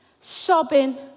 sobbing